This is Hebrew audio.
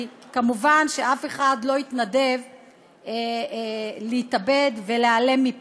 כי מובן שאף אחד לא יתנדב להתאבד ולהיעלם מפה.